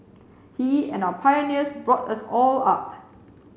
he and our pioneers brought us all up